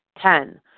Ten